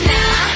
Now